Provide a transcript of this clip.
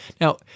Now